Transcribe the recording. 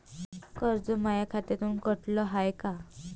कर्ज माया खात्यामंधून कटलं हाय का?